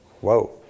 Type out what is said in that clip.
whoa